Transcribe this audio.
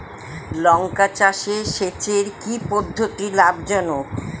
লঙ্কা চাষে সেচের কি পদ্ধতি লাভ জনক?